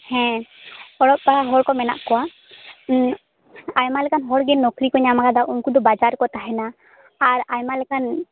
ᱦᱮᱸ ᱚᱞᱚᱜ ᱯᱟᱲᱦᱟ ᱦᱚᱲ ᱠᱚ ᱢᱮᱱᱟᱠᱚᱣᱟ ᱟᱭᱢᱟ ᱞᱮᱠᱟᱱ ᱦᱚᱲ ᱱᱩᱠᱨᱤ ᱠᱚ ᱧᱟᱢ ᱟᱠᱟᱫᱟ ᱩᱱᱠᱩ ᱫᱚ ᱵᱟᱡᱟᱨ ᱨᱮᱠᱚ ᱛᱟᱦᱮᱱᱟ ᱟᱨ ᱟᱭᱢᱟᱞᱮᱠᱟᱱ